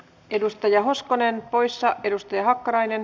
edustaja hoskonen poissa edusti hakkarainen